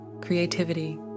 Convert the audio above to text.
creativity